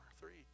three